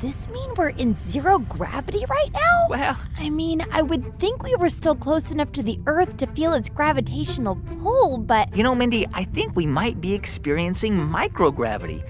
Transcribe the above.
this mean we're in zero gravity right now? well. i mean, i would think we were still close enough to the earth to feel its gravitational pull. but. you know, mindy, i think we might be experiencing microgravity,